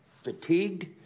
fatigued